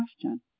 question